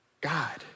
God